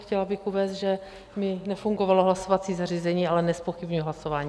Chtěla bych uvést, že mi nefungovalo hlasovací zařízení, ale nezpochybňuji hlasování.